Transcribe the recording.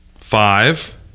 five